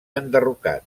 enderrocat